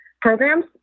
programs